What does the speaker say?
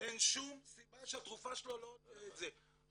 שום סיבה שהתרופה --- כל